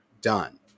done